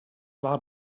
war